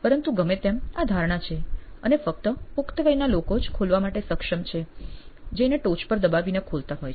પરંતુ ગમે તેમ આ ધારણા છે અને ફક્ત પુખ્ત વયના લોકો જ ખોલવા માટે સક્ષમ છે જે અને ટોચ પર દબાવીને ખોલતા હોય છે